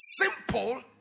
simple